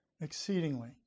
exceedingly